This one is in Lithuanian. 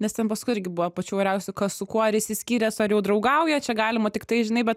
nes ten paskui irgi buvo pačių įvairiausių kas su kuo ar išsiskyręs ar jau draugauja čia galima tiktai žinai bet